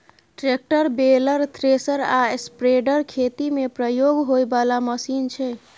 tractor, baler, thresher आ spreader खेती मे प्रयोग होइ बला मशीन छै